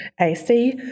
AC